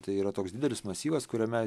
tai yra toks didelis masyvas kuriame